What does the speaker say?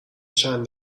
چند